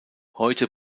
heute